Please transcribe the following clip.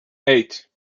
eight